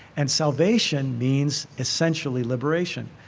and salvation means essentially liberation.